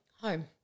Home